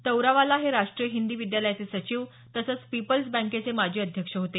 तवरावाला हे राष्ट्रीय हिंदी विद्यालयाचे सचिव तसंच पीपल्स बँकेचे माजी अध्यक्ष होते